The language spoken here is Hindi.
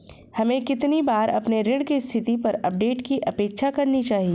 हमें कितनी बार अपने ऋण की स्थिति पर अपडेट की अपेक्षा करनी चाहिए?